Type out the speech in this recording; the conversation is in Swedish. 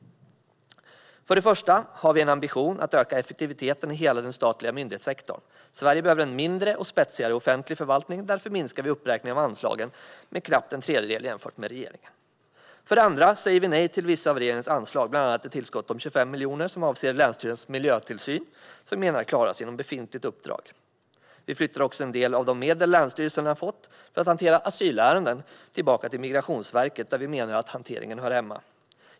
För det första har vi en ambition att öka effektiviteten i hela den statliga myndighetssektorn. Sverige behöver en mindre och spetsigare offentlig förvaltning. Därför minskar vi uppräkningen av anslagen med knappt en tredjedel jämfört med regeringen. För det andra säger vi nej till vissa av regeringens anslag. Det gäller bland annat ett tillskott om 25 miljoner som avser länsstyrelsernas miljötillsyn, som vi menar kan klaras inom befintligt uppdrag. Vi flyttar också en del av de medel länsstyrelserna har fått för att hantera asylärenden tillbaka till Migrationsverket, där vi menar att hanteringen hör hemma.